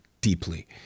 deeply